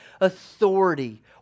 authority